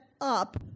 up